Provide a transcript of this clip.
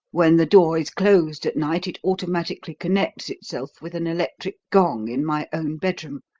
when the door is closed at night, it automatically connects itself with an electric gong in my own bedroom,